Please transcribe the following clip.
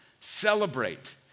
celebrate